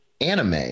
anime